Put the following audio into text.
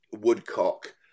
Woodcock